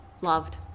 loved